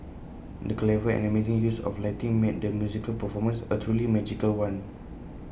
the clever and amazing use of lighting made the musical performance A truly magical one